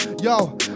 Yo